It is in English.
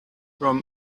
from